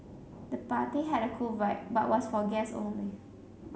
the party had a cool vibe but was for guests only